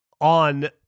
on